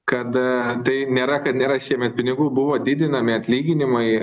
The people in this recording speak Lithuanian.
kada tai nėra kad nėra šiemet pinigų buvo didinami atlyginimai